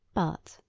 but,